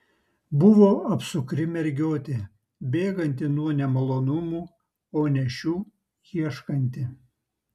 buvo apsukri mergiotė bėganti nuo nemalonumų o ne šių ieškanti